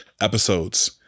episodes